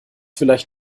vielleicht